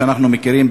שאנחנו מכירים,